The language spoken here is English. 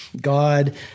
God